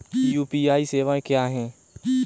UPI सवायें क्या हैं?